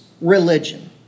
religion